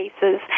cases